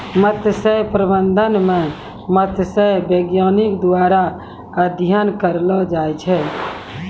मत्स्य प्रबंधन मे मत्स्य बैज्ञानिक द्वारा अध्ययन करलो जाय छै